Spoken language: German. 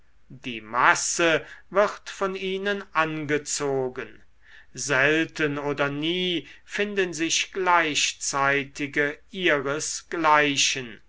die masse wird von ihnen angezogen selten oder nie finden sich gleichzeitige